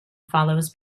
follows